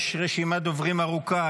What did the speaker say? --- יש רשימת דוברים ארוכה.